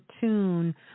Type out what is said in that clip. tune